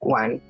one